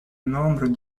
nombre